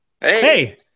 Hey